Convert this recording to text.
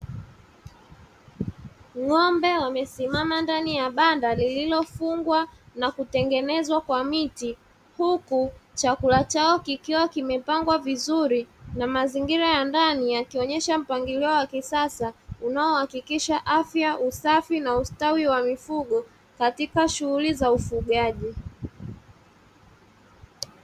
Ng'ombe wamesimama ndani ya banda; lililofungwa na kutengenezwa kwa miti, huku chakula chao kikiwa kimepangwa vizuri na mazingira ya ndani yakionyesha mpangilio wa kisasa unaohakikisha afya, usafi na ustawi wa mifugo katika shughuli za ufugaji.